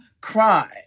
crime